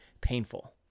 painful